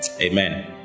Amen